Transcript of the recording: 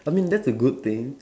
I mean that's a good thing